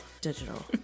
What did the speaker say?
Digital